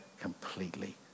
completely